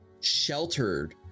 sheltered